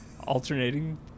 alternating